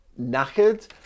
knackered